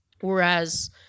Whereas